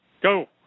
Go